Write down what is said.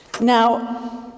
Now